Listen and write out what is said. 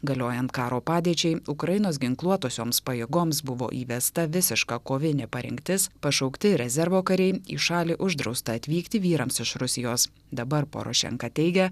galiojant karo padėčiai ukrainos ginkluotosioms pajėgoms buvo įvesta visiška kovinė parengtis pašaukti rezervo kariai į šalį uždrausta atvykti vyrams iš rusijos dabar porošenka teigia